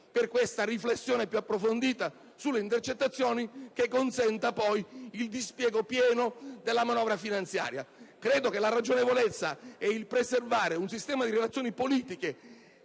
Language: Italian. per una riflessione più approfondita sulle intercettazioni che permetta il dispiego pieno della manovra finanziaria. Credo che la ragionevolezza e la volontà di preservare un sistema di relazioni politiche